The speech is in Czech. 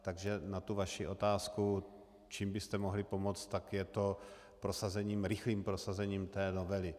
Takže na vaši otázku, čím byste mohli pomoct, tak je to rychlým prosazením té novely.